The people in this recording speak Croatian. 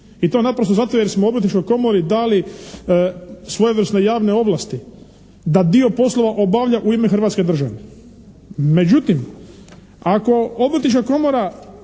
i to naprosto zato jer smo Obrtničkoj komori dali svojevrsne javne ovlasti da dio poslova obavlja u ime Hrvatske države. Međutim, ako Obrtnička komora